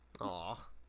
Aw